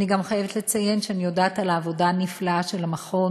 אני גם חייבת לציין שאני יודעת על העבודה הנפלאה של המכון,